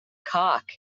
cock